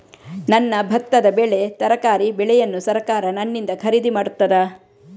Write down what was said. ನನ್ನ ಭತ್ತದ ಬೆಳೆ, ತರಕಾರಿ ಬೆಳೆಯನ್ನು ಸರಕಾರ ನನ್ನಿಂದ ಖರೀದಿ ಮಾಡುತ್ತದಾ?